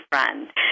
friend